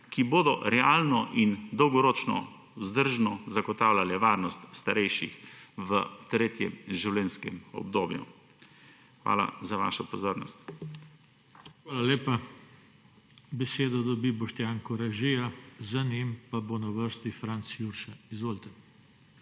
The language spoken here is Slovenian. ki bodo realno in dolgoročno vzdržno zagotavljale varnost starejših v tretjem življenjskem obdobju. Hvala za vašo pozornost. **PODPREDSEDNIK JOŽE TANKO:** Hvala lepa. Besedo dobi Boštjan Koražija. Za njim pa bo na vrsti Franc Jurša. Izvolite.